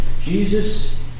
Jesus